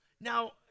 Now